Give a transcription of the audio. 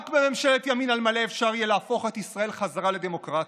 רק בממשלת ימין על מלא אפשר יהיה להפוך את ישראל חזרה לדמוקרטיה: